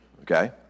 Okay